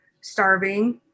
starving